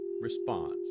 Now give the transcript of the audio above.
response